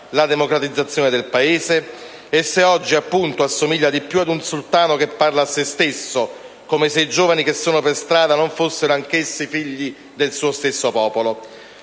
la democratizzazione del Paese, e se oggi assomiglia di più ad un sultano che parla a se stesso, come se i giovani che sono per strada non fossero anch'essi figli del suo stesso popolo?